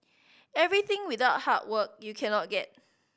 everything without hard work you cannot get